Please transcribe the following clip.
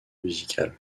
musical